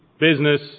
business